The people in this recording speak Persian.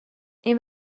این